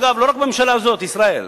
אגב, לא רק בממשלה הזאת, ישראל.